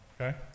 Okay